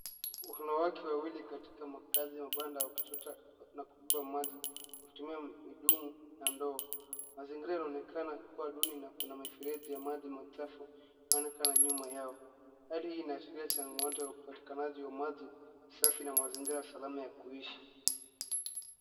Wanawake wawili katika makazi ya mabanda wakichota na kubeba maji, wakitumia midumu na ndoo. Mazingira yanaonekana kuwa duni na kuna mifereji ya maji machafu, inayoonekana nyuma yao. Hali inaashiria changamoto ya upatikanaji wa maji safi na mazingira salama ya kuishi.